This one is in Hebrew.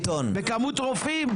בכמות רופאים?